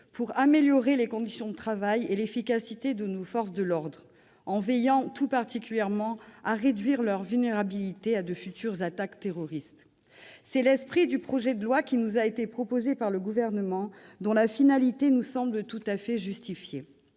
pour améliorer les conditions de travail et l'efficacité de nos forces de l'ordre, en veillant tout particulièrement à réduire leur vulnérabilité à de futures attaques terroristes. C'est l'esprit du projet de loi qui nous a été soumis par le Gouvernement, dont la finalité nous semble tout à fait justifiée.